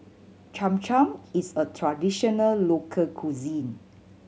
Cham Cham is a traditional local cuisine